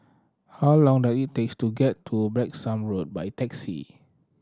how long does it takes to get to Branksome Road by taxi